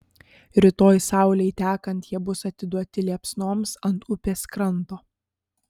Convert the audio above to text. rytoj saulei tekant jie bus atiduoti liepsnoms ant upės kranto